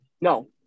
No